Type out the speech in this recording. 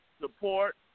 support